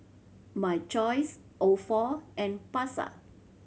My Choice Ofo and Pasar